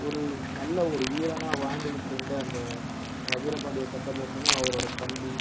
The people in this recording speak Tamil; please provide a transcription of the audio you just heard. ஒரு நல்ல ஒரு வீரனாக வாழ்ந்துக்கிட்டு இருந்த அந்த வீரபாண்டிய கட்டபொம்மனும் அவரோடய தம்பி